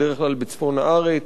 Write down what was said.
בדרך כלל בצפון הארץ,